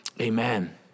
Amen